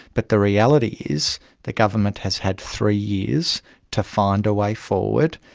but the reality is the government has had three years to find a way forward.